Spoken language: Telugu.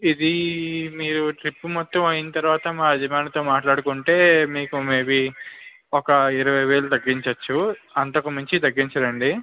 ఇది మీరు ట్రిప్పు మొత్తం అయిన తరువాత మా యజమానితో మాట్లాడుకుంటే మీకు మేబీ ఒక ఇరవై వేలు తగ్గించ వచ్చు అంతకు మించి తగ్గించరండి